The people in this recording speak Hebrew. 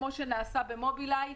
כמו שנעשה במוביליי,